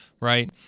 Right